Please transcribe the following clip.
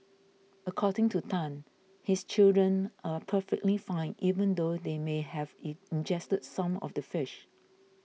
according to Tan his children are perfectly fine even though they may have it ingested some of the fish